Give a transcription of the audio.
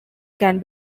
can